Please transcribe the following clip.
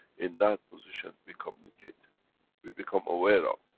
in that position, we communicate, we become aware of.